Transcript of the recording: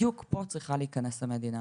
בדיוק פה צריכה להיכנס המדינה